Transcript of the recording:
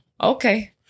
Okay